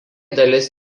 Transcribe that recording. dalis